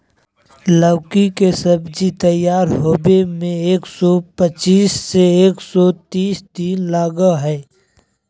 लौकी के सब्जी तैयार होबे में एक सौ पचीस से एक सौ तीस दिन लगा हइ